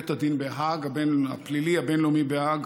בבית הדין הפלילי הבין-לאומי בהאג